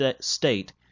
state